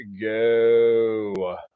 go